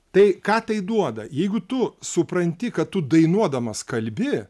tai ką tai duoda jeigu tu supranti kad tu dainuodamas kalbi